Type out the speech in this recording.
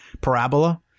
parabola